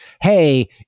hey